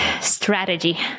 strategy